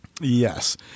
Yes